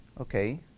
okay